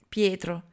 Pietro